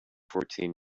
fourteen